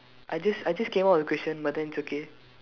I just I just came out with a question but then it's okay